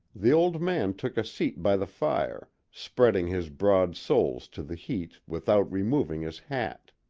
the old man took a seat by the fire, spreading his broad soles to the heat without removing his hat.